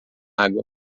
água